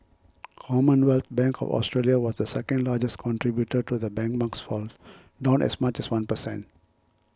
Commonwealth Bank of Australia was the second largest contributor to the benchmark's fall down as much as one per cent